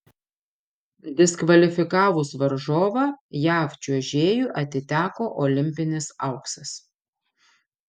diskvalifikavus varžovą jav čiuožėjui atiteko olimpinis auksas